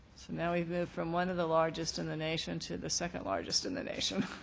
now we move from one of the largest in the nation to the second largest in the nation.